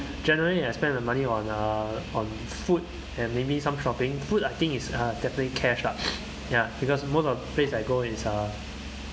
generally I spend the money on uh on food and maybe some shopping food I think it's uh definitely cash lah ya because most of the place I go is uh